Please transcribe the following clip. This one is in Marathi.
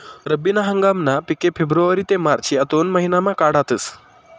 रब्बी ना हंगामना पिके फेब्रुवारी ते मार्च या दोन महिनामा काढातस